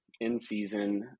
in-season